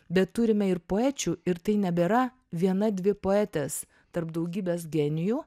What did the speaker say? bet turime ir poečių ir tai nebėra viena dvi poetės tarp daugybės genijų